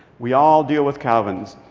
we all deal with calvins.